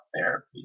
therapy